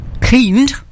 cleaned